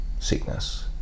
sickness